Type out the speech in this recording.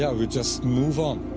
yeah we just move on.